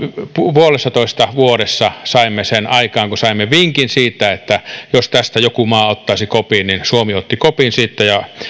puolessatoista vuodessa saimme sen aikaan kun saimme vinkin siitä että jos tästä joku maa ottaisi kopin niin suomi otti kopin siitä